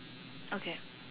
okay